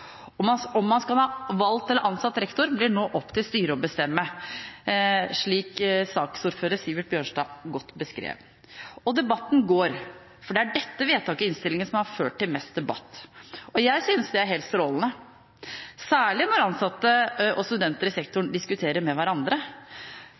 Om man skal ha valgt eller ansatt rektor, blir nå opp til styret å bestemme, slik saksordføreren, Sivert Bjørnstad, godt beskrev. Og debatten går. For det er dette vedtaket i innstillingen som har ført til mest debatt. Og jeg synes det er helt strålende, særlig når ansatte og studenter i sektoren diskuterer med hverandre.